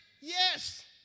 Yes